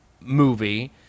movie